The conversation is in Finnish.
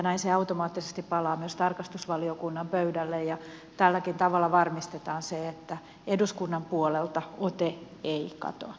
näin se automaattisesti palaa myös tarkastusvaliokunnan pöydälle ja tälläkin tavalla varmistetaan se että eduskunnan puolelta ote ei katoa